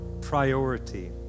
priority